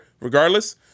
regardless